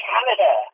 Canada